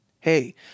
Hey